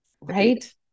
right